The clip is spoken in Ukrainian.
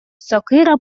сокира